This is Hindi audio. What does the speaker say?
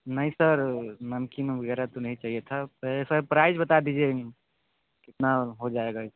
नहीं सर नमकीन वगैरह तो नहीं चाहिए था सर प्राइज बता दीजिए कितना हो जाएगा